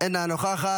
אינה נוכחת,